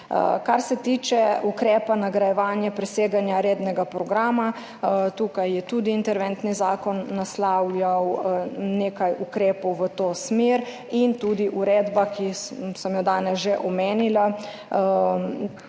Kar se tiče ukrepa nagrajevanje preseganja rednega programa. Tukaj je tudi interventni zakon naslavljal nekaj ukrepov v tej smeri in tudi uredba, ki sem jo danes že omenila,